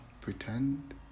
pretend